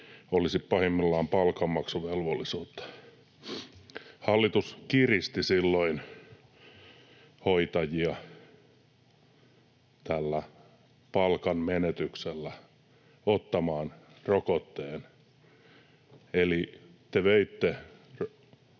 olisi pahimmillaan palkanmaksuvelvollisuutta. Hallitus kiristi silloin hoitajia tällä palkanmenetyksellä ottamaan rokotteen. Eli te veitte